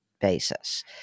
basis